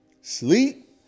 Sleep